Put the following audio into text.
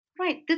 Right